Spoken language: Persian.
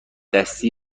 دستی